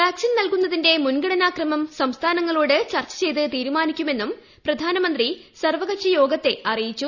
vaccine നുൽകുന്നതിന്റെ മുൻഗണനാ ക്രമം സംസ്ഥാനങ്ങളോട് ചർച്ചു ചെയ്ത് തീരുമാനിക്കുമെന്നും പ്രധാനമന്ത്രി സർവകക്ഷിയ്ട്ഗത്തെ അറിയിച്ചു